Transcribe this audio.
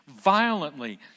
violently